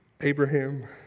Abraham